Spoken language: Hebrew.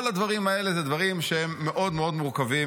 כל הדברים האלה הם דברים מאוד מאוד מורכבים